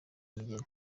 imigezi